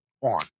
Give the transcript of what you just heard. on